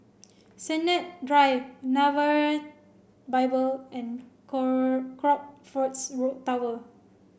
Sennett Drive Nazareth Bible and Crockfords Tower